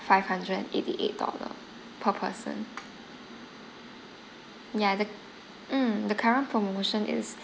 five hundred and eighty eight dollar per person ya the mm the current promotion is